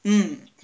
mm